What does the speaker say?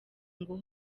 ngo